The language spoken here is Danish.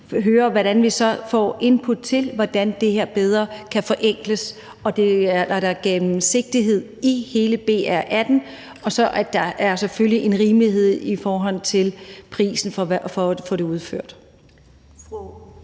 høre, hvad vi så får af input til, hvordan det her bedre kan forenkles, så der er gennemsigtighed i hele BR18, og så der selvfølgelig er en rimelighed i forhold til prisen for at få det udført.